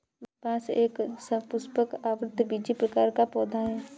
बांस एक सपुष्पक, आवृतबीजी प्रकार का पौधा है